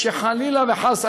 שחלילה וחס,